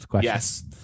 Yes